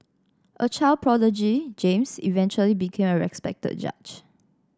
a child prodigy James eventually became a respected judge